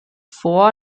vor